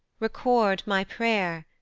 record my pray'r,